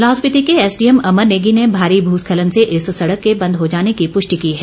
लाहौल स्पिति के एसडीएम अमर नेगी ने भारी भुस्खलन से इस सडक के बंद हो जाने की पृष्टि की है